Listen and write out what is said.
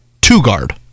two-guard